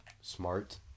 smart